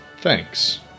Thanks